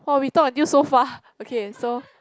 !wah! we talk until so far okay so